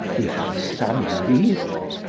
he has some reason,